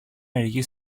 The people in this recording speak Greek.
μερικοί